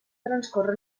transcorre